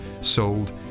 sold